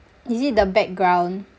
is it the background